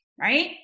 right